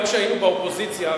גם כשהיינו באופוזיציה,